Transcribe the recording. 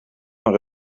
van